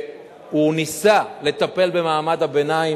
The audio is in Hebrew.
שהוא ניסה לטפל במעמד הביניים,